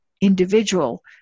individual